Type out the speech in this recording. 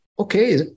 okay